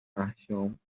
احشام